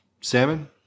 Salmon